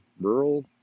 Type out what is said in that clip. rural